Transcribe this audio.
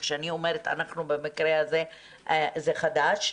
כשאני אומרת אנחנו, במקרה הזה זה חד"ש.